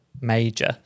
major